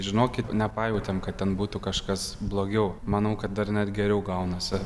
žinokit nepajautėm kad ten būtų kažkas blogiau manau kad dar net geriau gaunasi